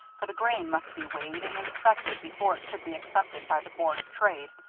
for the grain must be weighed and inspected before it could be accepted by the board of trade,